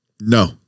No